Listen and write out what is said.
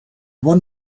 bon